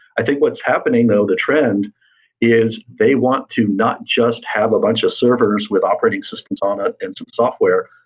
i think what's happening though, the trend is the want to not just have a bunch of servers with operating systems on it and some software.